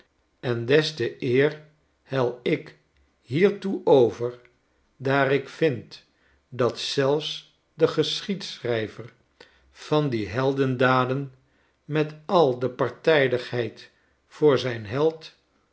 en des te eer hel ik hiertoe over daar ik vind dat zelfs de geschiedschrijver van die heldendaden met al de partijdigheid voor zijn held